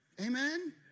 Amen